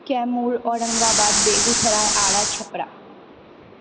Kaimur Aurangabad Begusarai Arrah Chhapra